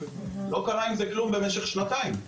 לא קרה עם זה כלום במשך שנתיים.